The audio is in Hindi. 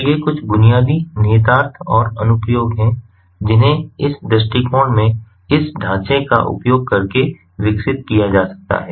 तो ये कुछ बुनियादी निहितार्थ और अनुप्रयोग हैं जिन्हें इस दृष्टिकोण में इस ढांचे का उपयोग करके विकसित किया जा सकता है